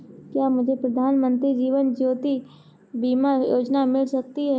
क्या मुझे प्रधानमंत्री जीवन ज्योति बीमा योजना मिल सकती है?